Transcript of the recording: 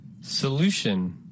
Solution